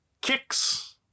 kicks